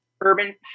urban